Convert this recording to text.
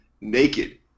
naked